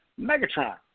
Megatron